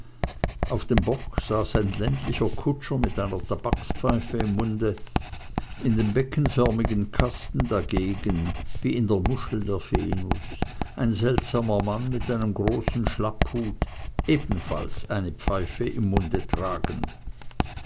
auf dem bock saß ein ländlicher kutscher mit einer tabakspfeife im munde in dem beckenförmigen kasten dagegen wie in der muschel der venus ein seltsamer mann mit einem großen schlapphute ebenfalls eine pfeife im munde tragend